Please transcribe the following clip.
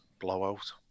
blowout